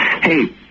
Hey